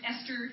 Esther